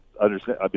understand